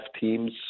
teams